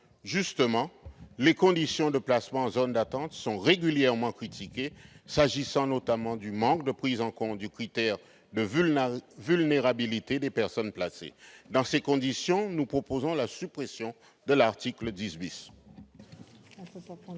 situation. Les conditions de placement en zone d'attente sont d'ailleurs régulièrement critiquées, notamment pour manque de prise en compte du critère de vulnérabilité des personnes placées. Dans ces conditions, nous proposons la suppression de l'article 10